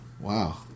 Wow